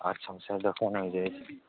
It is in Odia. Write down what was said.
ଆଚ୍ଛା ଆଚ୍ଛା